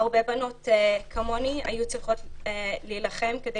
הרבה בנות כמוני היו צריכות להילחם כדי